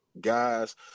guys